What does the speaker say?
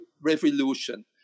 revolution